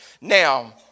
Now